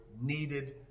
needed